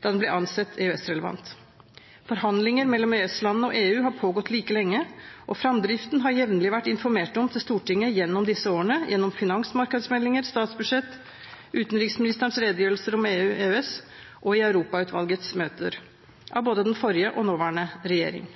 da den ble ansett EØS-relevant. Forhandlinger mellom EØS-landene og EU har pågått like lenge, og Stortinget er jevnlig blitt informert om framdriften, gjennom finansmarkedsmeldinger, statsbudsjett, utenriksministerens redegjørelser om EU/EØS og i Europautvalgets møter, av både den forrige og den nåværende regjering.